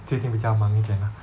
最近比较忙一点 lah